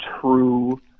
true